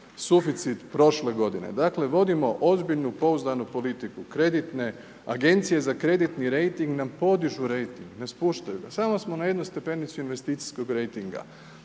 Suficit prošle godine. Dakle, vodimo ozbiljnu pouzdano politiku. Agencije za kreditni rejting nam podižu rejting, ne spuštaju ga, samo smo na jednoj stepenici investicijskog rejtinga.